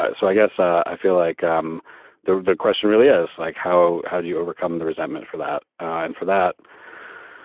so i guess i feel like um the the question really is like how how do you overcome the resentment for that and for that?